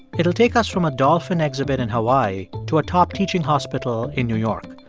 it'll take us from a dolphin exhibit in hawaii to a top teaching hospital in new york.